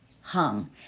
hung